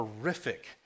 horrific